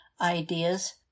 ideas